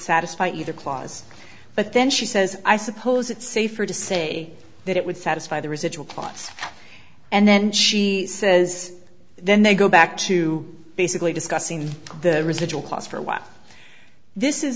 satisfy either clause but then she says i suppose it's safer to say that it would satisfy the residual plots and then she says then they go back to basically discussing the residual cost for a while this is